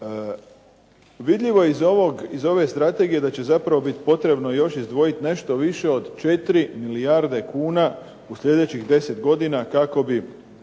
Vidljivo je iz ove strategije da će zapravo biti potrebno izdvojiti još nešto više od 4 milijarde kuna u sljedećih 10 godina kako bi